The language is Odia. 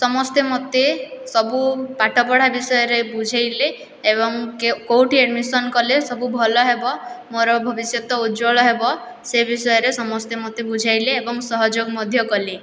ସମସ୍ତେ ମୋତେ ସବୁ ପାଠପଢ଼ା ବିଷୟରେ ବୁଝେଇଲେ ଏବଂ କେଉଁଠି ଆଡ଼ମିସନ୍ କଲେ ସବୁ ଭଲ ହେବ ମୋର ଭବିଷ୍ୟତ ଉଜ୍ୱଳ ହେବ ସେ ବିଷୟରେ ସମସ୍ତେ ମୋତେ ବୁଝେଇଲେ ଏବଂ ସହଯୋଗ ମଧ୍ୟ କଲେ